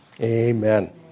amen